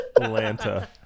Atlanta